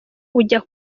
ujya